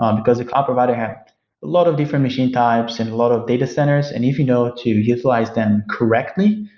um because a cloud provider has a lot of different machine types and a lot of data centers. and if you know how to utilize them correctly,